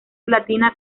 latina